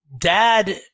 dad